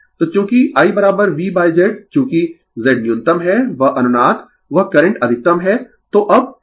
तो चूंकि I V Z चूंकि Z न्यूनतम है वह अनुनाद वह करंट अधिकतम है तो अब कोण